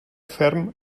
ferm